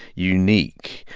unique,